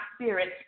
spirit